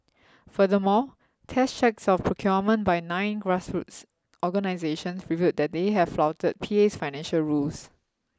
furthermore test checks of procurement by nine grassroots organisations revealed that they have flouted P A S financial rules